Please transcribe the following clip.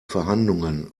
verhandlungen